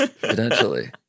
potentially